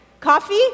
Coffee